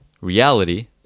reality